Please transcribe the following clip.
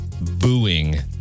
booing